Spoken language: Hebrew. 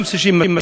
גם 60 משכורות,